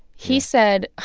he said,